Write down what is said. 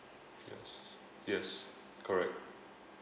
yes correct